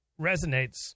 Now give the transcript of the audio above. resonates